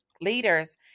leaders